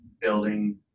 building